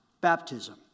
baptism